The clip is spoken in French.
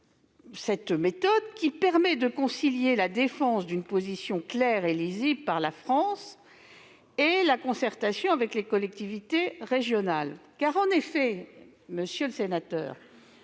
cette méthode, qui permet de concilier la défense d'une position claire et lisible par la France et la concertation avec les collectivités régionales. En effet, ces AFR sont